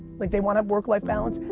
like they want a work life balance,